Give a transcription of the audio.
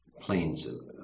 planes